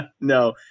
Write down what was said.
no